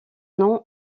nom